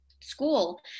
school